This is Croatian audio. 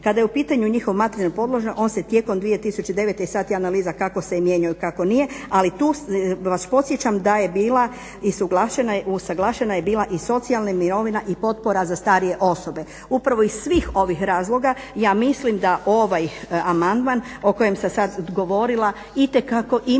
Kada je u pitanju njihov materijalna podložnost, on se 2009. i sad je analiza kako se mijenjao, a kako nije, ali tu vas podsjećam da je bila i usuglašena je bila i socijalna i mirovina i potpora za starije osobe. Upravo iz svih ovih razloga ja mislim da ovaj amandman o kojem sam sad govorila itekako ima